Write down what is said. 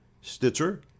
Stitcher